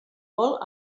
molt